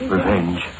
Revenge